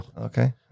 Okay